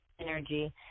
energy